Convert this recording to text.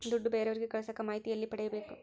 ದುಡ್ಡು ಬೇರೆಯವರಿಗೆ ಕಳಸಾಕ ಮಾಹಿತಿ ಎಲ್ಲಿ ಪಡೆಯಬೇಕು?